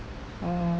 uh